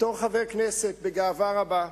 בתור חבר הכנסת, בגאווה רבה,